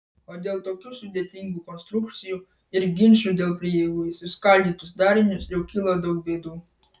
o dėl tokių sudėtingų konstrukcijų ir ginčų dėl prieigų į suskaldytus darinius jau kilo daug bėdų